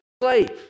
slave